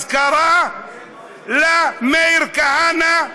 אזכרה למאיר כהנא.